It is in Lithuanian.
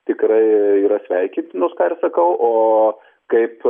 tikrai yra sveikintinos ką ir sakau o kaip